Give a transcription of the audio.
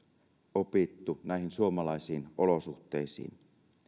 opittu näihin suomalaisiin olosuhteisiin